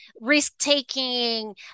risk-taking